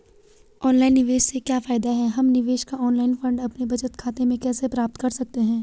Online निवेश से क्या फायदा है हम निवेश का ऑनलाइन फंड अपने बचत खाते में कैसे प्राप्त कर सकते हैं?